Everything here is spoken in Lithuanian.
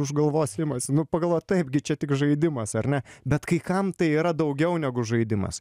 už galvos imasi nu pagalvoji taip gi čia tik žaidimas ar ne bet kai kam tai yra daugiau negu žaidimas